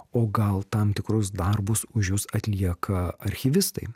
o gal tam tikrus darbus už jus atlieka archyvistai